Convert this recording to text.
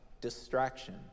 distraction